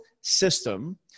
system